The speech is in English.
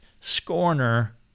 scorner